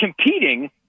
competing